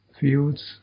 fields